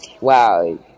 wow